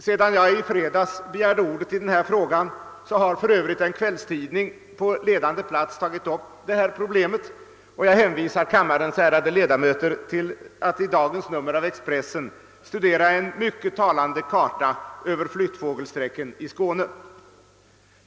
Sedan jag i fredags begärde ordet i denna fråga har för övrigt en kvällstidning på ledarplats tagit upp detta problem, och jag hänvisar kammarens ärade ledamöter till att i dagens nummer av Expressen studera en mycket talande karta över flyttfågelssträcken i Skåne.